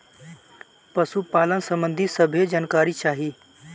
पशुपालन सबंधी सभे जानकारी चाही?